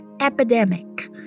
epidemic